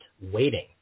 waiting